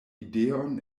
ideon